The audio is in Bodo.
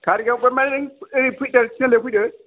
खारिगाव मोनबाय नों ओरै फैदो थिनालियाव फैदो